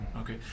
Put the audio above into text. okay